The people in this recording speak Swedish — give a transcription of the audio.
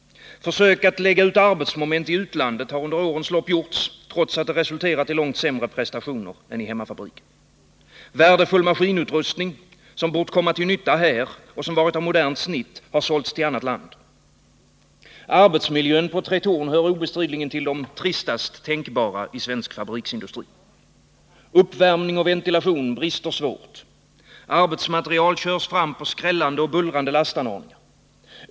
Försök att lägga ut arbetsmoment i utlandet har under årens lopp gjorts, men det har resulterat i långt sämre prestationer än i hemmafabriken. Värdefull maskinutrustning, som bort komma till nytta här och som varit av modernt snitt, har sålts till annat land. Arbetsmiljön på Tretorn hör obestridligen till den tristaste tänkbara i svensk fabriksindustri. Uppvärmning och ventilation brister svårt. Arbetsmaterial körs fram på skrällande och bullrande lastanordningar.